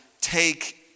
take